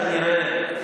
כנראה,